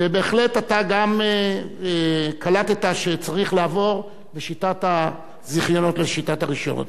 ובהחלט גם אתה קלטת שצריך לעבור משיטת הזיכיונות לשיטת הרשיונות.